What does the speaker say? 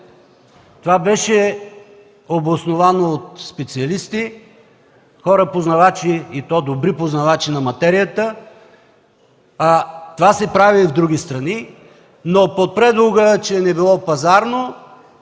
Това беше обосновано от специалисти, хора познавачи, и то добри познавачи на материята. Това се прави в други страни, но под предлога, че не било пазарно,